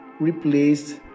replaced